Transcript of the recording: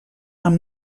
amb